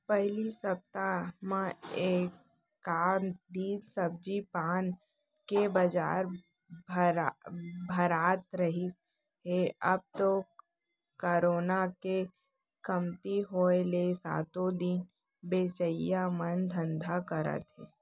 पहिली सप्ता म एकात दिन सब्जी पान के बजार भरात रिहिस हे अब तो करोना के कमती होय ले सातो दिन बेचइया मन धंधा करत हे